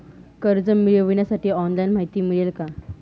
कर्ज मिळविण्यासाठी ऑनलाइन माहिती मिळेल का?